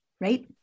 Right